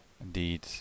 Indeed